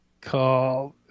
Called